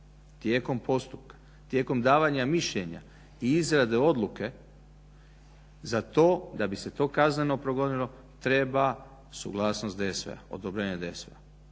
tijekom postupka, tijekom davanja mišljenja i izrade odluke za to da bi se to kazneno progonilo treba suglasnost DSV-a, odobrenje DSV-a.